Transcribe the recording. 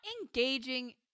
engaging